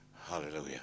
Hallelujah